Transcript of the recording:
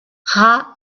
rae